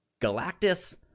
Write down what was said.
Galactus